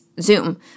Zoom